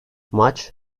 maç